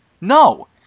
No